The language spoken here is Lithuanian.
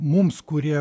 mums kurie